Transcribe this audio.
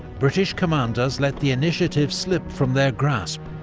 british commanders let the initiative slip from their grasp.